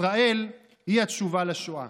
ישראל היא התשובה לשואה".